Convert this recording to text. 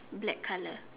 black colour